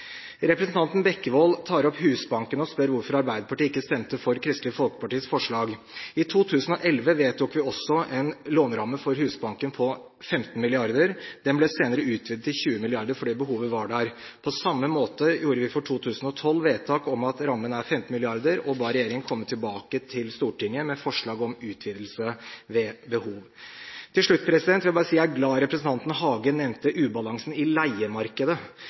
Representanten Bekkevold tar opp Husbanken og spør om hvorfor Arbeiderpartiet ikke stemte for Kristelig Folkepartis forslag. I 2011 vedtok vi også en låneramme for Husbanken på 15 mrd. kr. Den ble senere utvidet til 20 mrd. kr, fordi behovet var der. På samme måte gjorde vi for 2012 vedtak om at rammen er 15 mrd. kr, og ba regjeringen komme tilbake til Stortinget med forslag om utvidelse ved behov. Til slutt vil jeg bare si at jeg er glad for at representanten Hagen nevnte ubalansen i leiemarkedet.